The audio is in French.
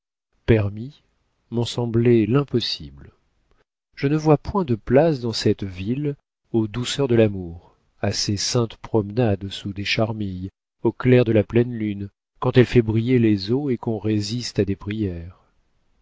permis m'ont semblé l'impossible je ne vois point de place dans cette ville aux douceurs de l'amour à ses saintes promenades sous des charmilles au clair de la pleine lune quand elle fait briller les eaux et qu'on résiste à des prières